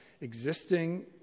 existing